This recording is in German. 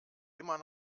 immer